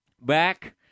back